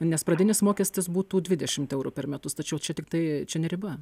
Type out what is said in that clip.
nes pradinis mokestis būtų dvidešim eurų per metus tačiau čia tiktai čia ne riba